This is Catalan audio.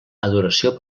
adoració